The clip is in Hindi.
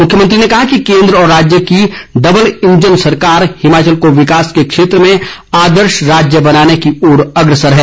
मुख्यमंत्री ने कहा कि केन्द्र और राज्य की डब्बल इंजन सरकार हिमाचल को विकास के क्षेत्र में आदर्श राज्य बनाने की ओर अग्रसर है